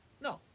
No